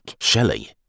Shelley